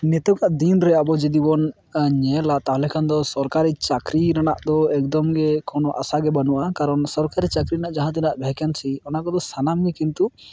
ᱱᱤᱛᱚᱜᱼᱟᱜ ᱫᱤᱱᱨᱮ ᱟᱵᱚ ᱡᱚᱫᱤᱵᱚᱱ ᱧᱮᱞᱟ ᱛᱟᱦᱚᱞᱮ ᱠᱷᱟᱱᱫᱚ ᱥᱚᱨᱠᱟᱨᱤ ᱪᱟᱹᱠᱨᱤ ᱨᱮᱱᱟᱜ ᱫᱚ ᱮᱠᱫᱚᱢ ᱜᱮ ᱠᱳᱱᱳ ᱟᱥᱟᱜᱮ ᱵᱟᱱᱩᱜᱼᱟ ᱠᱟᱨᱚᱱ ᱥᱚᱨᱠᱟᱨᱤ ᱪᱟᱹᱠᱨᱤ ᱨᱮᱱᱟᱜ ᱡᱟᱦᱟᱸ ᱛᱤᱱᱟᱹᱜ ᱵᱷᱮᱠᱮᱱᱥᱤ ᱚᱱᱟ ᱠᱚᱫᱚ ᱥᱟᱱᱟᱢᱜᱮ ᱠᱤᱱᱛᱩ